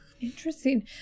Interesting